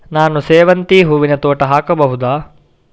ನಾನು ಸೇವಂತಿ ಹೂವಿನ ತೋಟ ಹಾಕಬಹುದಾ?